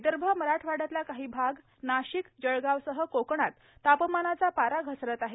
विदर्भ मराठवाड्यातला काही भाग नाशिक जळगावसह कोकणात तापमानाचा पारा घसरत आहे